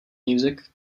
music